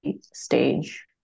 stage